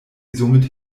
somit